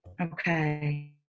Okay